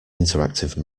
interactive